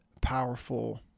powerful